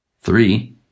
Three